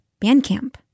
Bandcamp